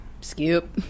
skip